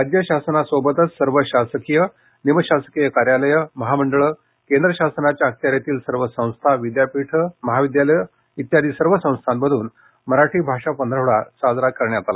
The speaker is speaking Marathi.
राज्य शासनासोबतच सर्व शासकीय निमशासकीय कार्यालयं महामंडळं केंद्र शासनाच्या अखत्यारीतील सर्व संस्था विद्यापिठं महाविद्यालयं इत्यादी सर्व संस्थांमधून मराठी भाषा पंधरवडा साजरा करण्यात आला